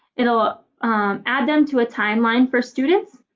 it'll ah add them to a timeline for students.